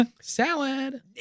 Salad